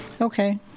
Okay